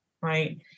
right